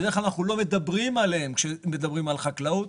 בדרך כלל לא מדברים עליהם כשמדברים על חקלאות,